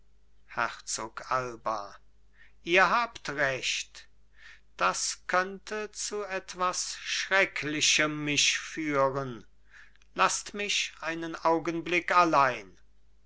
herzog alba ihr habt recht das könnte zu etwas schrecklichem mich führen laßt mich einen augenblick allein